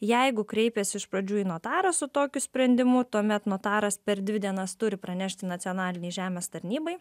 jeigu kreipiasi iš pradžių į notarą su tokiu sprendimu tuomet notaras per dvi dienas turi pranešti nacionalinei žemės tarnybai